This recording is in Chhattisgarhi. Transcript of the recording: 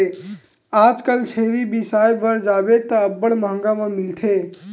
आजकल छेरी बिसाय बर जाबे त अब्बड़ मंहगा म मिलथे